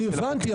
הבנתי,